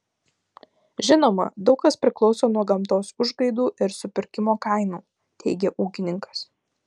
žinoma daug kas priklauso nuo gamtos užgaidų ir supirkimo kainų teigė ūkininkas